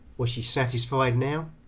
was she satisfied now?